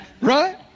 Right